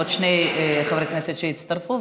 עוד שני חברי כנסת הצטרפו,